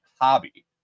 hobby